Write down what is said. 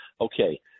Okay